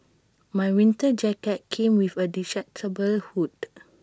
my winter jacket came with A detachable hood